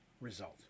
result